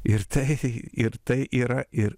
ir tai ir tai yra ir